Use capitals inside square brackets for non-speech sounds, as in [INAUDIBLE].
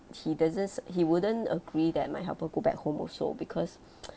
he doesn't he wouldn't agree that my helper go back home also because [NOISE]